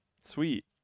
Sweet